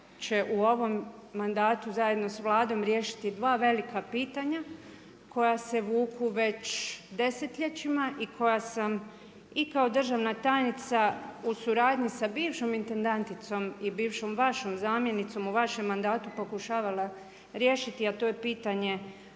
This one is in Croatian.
će u ovome mandatu zajedno s Vladom riješiti 2 velika pitanja koja se vuku već desetljećima i koja sam i kao državna tajnica u suradnji sa bivšom intendanticom i bivšom vašom zamjenicom u vašem mandatu pokušavala riješiti, a to je pitanje